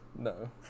No